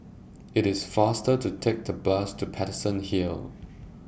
IT IS faster to Take The Bus to Paterson Hill